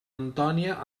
antònia